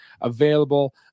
available